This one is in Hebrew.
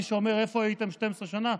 למי שאומר: איפה הייתם 12 שנה,